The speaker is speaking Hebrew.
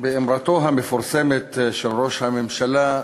אמרתו המפורסמת של ראש הממשלה,